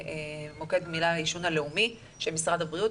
מוקד גמילה לעישון לאומי של משרד הבריאות,